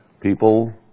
people